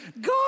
God